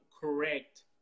correct